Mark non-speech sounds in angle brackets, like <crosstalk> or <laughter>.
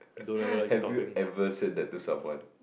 <laughs> have you ever say that to someone